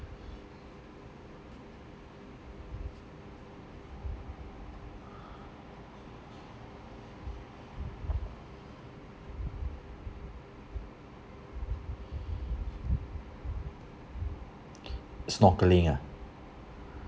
snorkeling ah